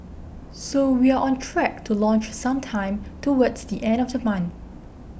so we're on track to launch sometime towards the end of the month